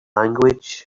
language